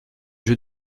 jeu